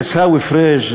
עיסאווי פריג',